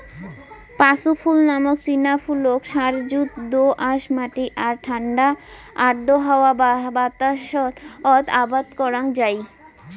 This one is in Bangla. পাঁচু ফুল নামক চিনা ফুলক সারযুত দো আঁশ মাটি আর ঠান্ডা ও আর্দ্র হাওয়া বাতাসত আবাদ করাং যাই